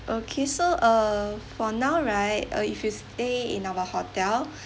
okay so uh for now right uh if you stay in our hotel